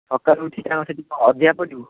ସକାଳୁ ଉଠି କ'ଣ ସେଠି ଅଧିଆ ପଡ଼ିବୁ